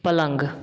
पलंग